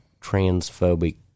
transphobic